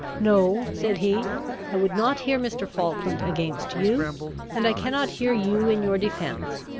no, said he i would not hear mr. falkland against you and i cannot hear you in your defence.